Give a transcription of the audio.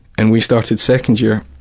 and we started second year.